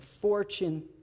fortune